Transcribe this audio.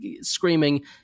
screaming